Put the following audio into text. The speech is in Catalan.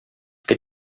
que